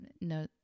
no